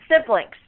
siblings